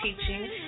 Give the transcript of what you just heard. teaching